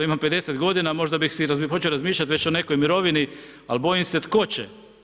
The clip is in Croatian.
Imam 50 godina, možda bih si počeo razmišljat već o nekoj mirovini, ali bojim se tko će.